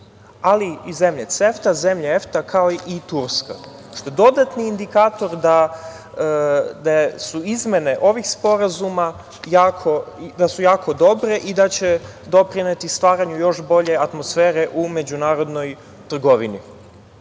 ali i zemlje CEFTA, zemlje EFTA, kao i Turska, što je dodatni indikator da su izmene ovih sporazuma jako dobre i da će doprineti stvaranju još bolje atmosfere u međunarodnoj trgovini. Kada